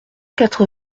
quatre